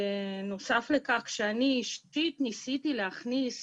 בנוסף לכך כשאני אישית ניסיתי להכניס